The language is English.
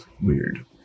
weird